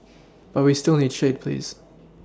but we still need shade please